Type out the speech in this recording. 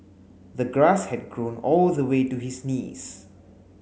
the grass had grown all the way to his knees